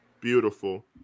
Beautiful